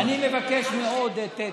אני מבקש מאוד את התמיכה,